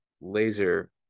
laser